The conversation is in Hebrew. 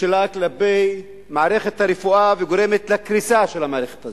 שלה כלפי מערכת הרפואה וגורמת לקריסה של המערכת הזאת,